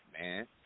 man